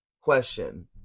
question